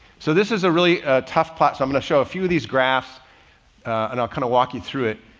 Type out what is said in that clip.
so this is a really tough plot. so i'm going to show a few of these graphs and i'll kind of walk you through it.